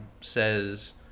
says